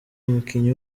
umukinnyi